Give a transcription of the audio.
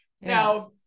Now